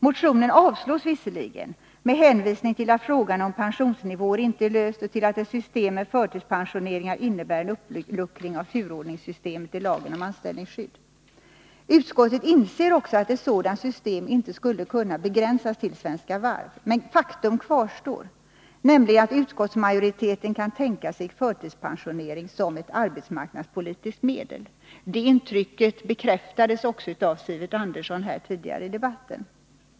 Motionen avstyrks med hänvisning till att frågan om pensionsnivåer inte är löst och till att ett system med förtidspensioneringar innebär en uppluckring av turordningssystemet i lagen om anställningsskydd. Utskottet inser också att ett sådant system inte skulle kunna begränsas till Svenska Varv. Men faktum kvarstår, nämligen att utskottsmajoriteten kan tänka sig förtidspensionering som ett arbetsmarknadspolitiskt medel. Det intrycket bekräftades också av Sivert Andersson tidigare i debatten.